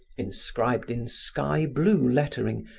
inscribed in sky-blue lettering,